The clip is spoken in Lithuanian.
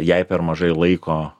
jai per mažai laiko